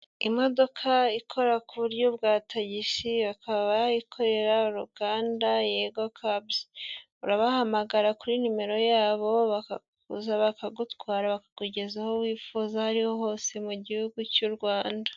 Imodoka ikora ku buryo bwa tagisi bakaba ikorera uruganda yego kabuzi, urabahamagara kuri nimero yabo bakaza bakagutwara bakakugeza aho wifuza aho ari ho hose mu gihugu cy'u Rwanda.